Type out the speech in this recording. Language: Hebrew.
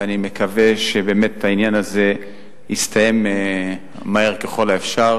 ואני מקווה שבאמת העניין הזה יסתיים מהר ככל האפשר,